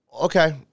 Okay